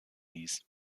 ließ